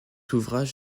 ouvrage